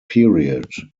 period